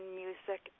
music